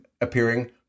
appearing